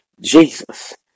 Jesus